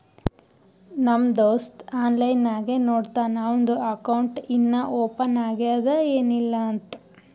ನಮ್ ದೋಸ್ತ ಆನ್ಲೈನ್ ನಾಗೆ ನೋಡ್ತಾನ್ ಅವಂದು ಅಕೌಂಟ್ ಇನ್ನಾ ಓಪನ್ ಆಗ್ಯಾದ್ ಏನಿಲ್ಲಾ ಅಂತ್